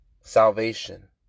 Salvation